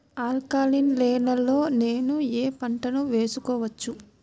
Alkaline నేలలో నేనూ ఏ పంటను వేసుకోవచ్చు?